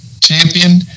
champion